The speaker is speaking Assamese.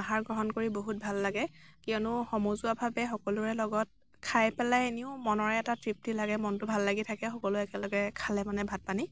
আহাৰ গ্ৰহণ কৰি বহুত ভাল লাগে কিয়নো সমজুৱাভাৱে সকলোৰে লগত খাই পেলাই এনেও মনৰ এটা তৃপ্তি লাগে ভাল লাগি থাকে সকলোৱে একেলগে খালে মানে ভাত পানী